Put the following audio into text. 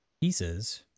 pieces